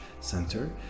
Center